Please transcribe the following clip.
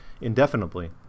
indefinitely